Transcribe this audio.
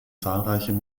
zahlreichen